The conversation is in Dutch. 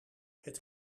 het